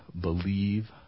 believe